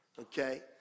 okay